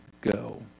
go